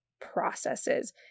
processes